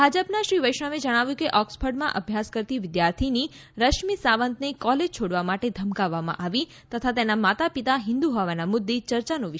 ભાજપના શ્રી વૈષ્ણવે જણાવ્યું કે ઓક્સફર્ડમાં અભ્યાસ કરતી વિદ્યાર્થિની રશ્મિ સાવંતને કોલેજ છોડવા માટે ધમકાવવામાં આવી તથા તેના માતા પિતા હિંદુ હોવા મુદ્દે યર્યાનો વિષય બનાવવામાં આવ્યો